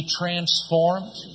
transformed